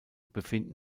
befinden